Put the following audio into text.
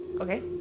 Okay